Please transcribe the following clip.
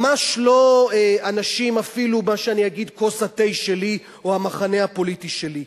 ממש לא אנשים שהם כוס התה שלי או המחנה הפוליטי שלי.